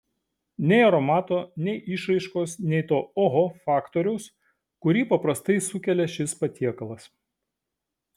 nei aromato nei išraiškos nei to oho faktoriaus kurį paprastai sukelia šis patiekalas